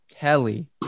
Kelly